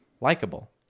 likable